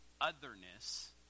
otherness